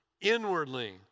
inwardly